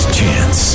chance